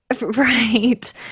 Right